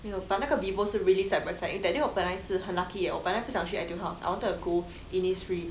but 那个 vivo 是 really side by side that day 我本来是很 lucky leh 我本来不想去 Etude House I wanted to go Innisfree